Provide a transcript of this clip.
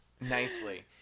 Nicely